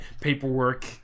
paperwork